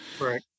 Right